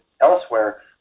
elsewhere